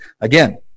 Again